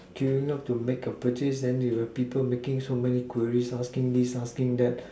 queueing up to make a purchase then you have people making so many queries asking this asking that